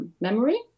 memory